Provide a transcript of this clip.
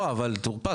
לא אבל טור פז,